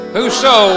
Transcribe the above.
whoso